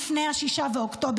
לפני 6 באוקטובר,